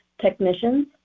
technicians